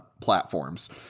platforms